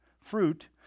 fruit